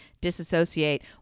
disassociate